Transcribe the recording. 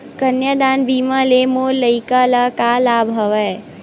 कन्यादान बीमा ले मोर लइका ल का लाभ हवय?